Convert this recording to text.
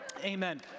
amen